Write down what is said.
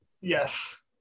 Yes